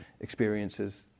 experiences